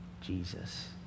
Jesus